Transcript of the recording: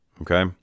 okay